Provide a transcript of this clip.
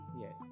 Yes